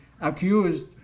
accused